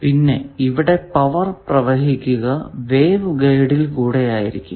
പിന്നെ ഇവിടെ പവർ പ്രവഹിക്കുക വേവ് ഗൈഡിൽ കൂടെ ആയിരിക്കും